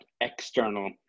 external